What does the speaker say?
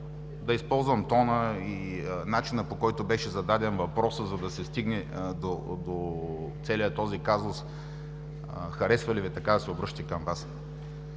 да използвам тона и начина, по който беше зададен въпросът, за да се стигне до целия този казус – харесва ли Ви така да се обръщат и към Вас?